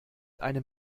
einem